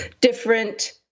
different